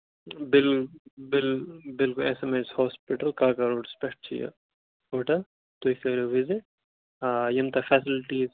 bill بِل بِلُکل S M S hospital کاکا روڈَس پٮ۪ٹھ چھُ یہِ ہوٹل تُہۍ کٔرِو وِزِٹ آ یِم تَتھ فیسَلٹیٖز